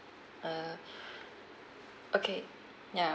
err okay ya